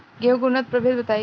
गेंहू के उन्नत प्रभेद बताई?